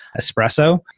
espresso